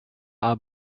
are